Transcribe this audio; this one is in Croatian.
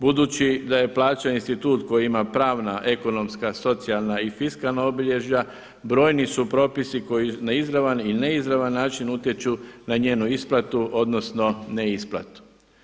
Budući da je plaćen institut koji ima pravna, ekonomska, socijalna i fiskalna obilježja, brojni su propisi koji na izravan i neizravan način utječu na njenu isplatu odnosno ne isplatu.